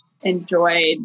enjoyed